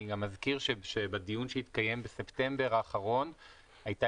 אני גם מזכיר שבדיון שהתקיים בספטמבר האחרון הייתה